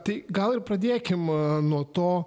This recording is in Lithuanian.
tai gal ir pradėkim nuo to